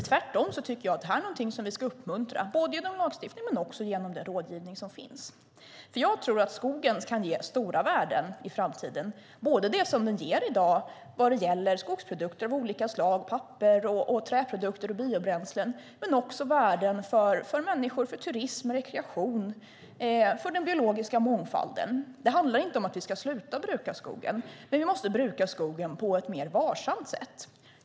Tvärtom tycker jag att det är något som vi ska uppmuntra både genom lagstiftning och genom den rådgivning som finns, för jag tror att skogen kan ge stora värden i framtiden, både det som den ger i dag i form av skogsprodukter av olika slag - papper, träprodukter och biobränslen - och värden för människor, för turism och rekreation och för den biologiska mångfalden. Det handlar inte om att vi ska sluta bruka skogen, men vi måste bruka skogen på ett mer varsamt sätt.